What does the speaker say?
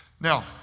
Now